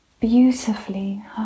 beautifully